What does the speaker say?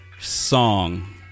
song